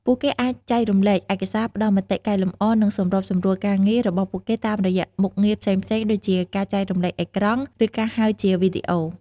ពួកគេអាចចែករំលែកឯកសារ ផ្ដល់មតិកែលម្អ និងសម្របសម្រួលការងាររបស់ពួកគេតាមរយៈមុខងារផ្សេងៗដូចជាការចែករំលែកអេក្រង់ ឬការហៅជាវីដេអូ។